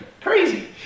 Crazy